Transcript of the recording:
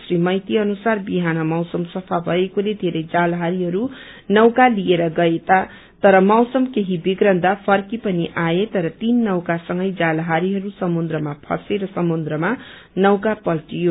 श्री मैती अनुसार बिहान मैसम सफा भएकोले बेरै जालहारीहरू नौका लिएर गए तर मौसम केही बिग्रन्दा फर्की पनि आए तर तीन नौकासँगै जालहारीहरू समुन्त्रमा फैंसे र समुन्त्रमा नौका पल्टियो